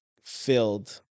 filled